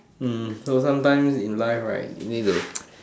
hmm so sometimes in life right you need to